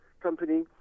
company